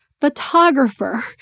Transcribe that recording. photographer